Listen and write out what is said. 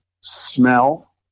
smell